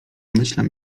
domyślam